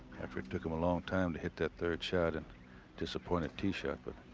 took um a long time to hit the third shot and disappointed tee shot. but